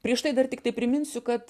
prieš tai dar tiktai priminsiu kad